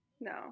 no